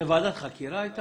איזו ועדה זו הייתה?